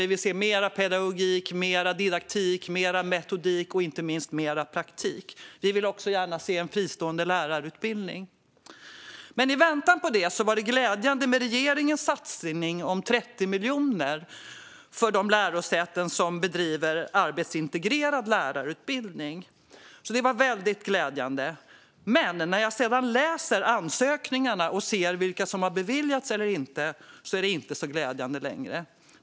Vi vill se mer pedagogik, mer didaktik, mer metodik och inte minst mer praktik. Vi vill också gärna se en fristående lärarutbildning. I väntan på detta var det glädjande med regeringens satsning på 30 miljoner för de lärosäten som bedriver arbetsintegrerad lärarutbildning. Det var väldigt glädjande. Men när jag sedan läste ansökningarna och såg vilka som beviljats eller inte var det inte så glädjande längre.